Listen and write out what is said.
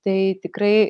tai tikrai